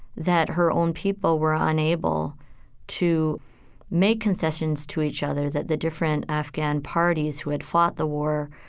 that her own people were unable to make concessions to each other, that the different afghan parties, who had fought the war,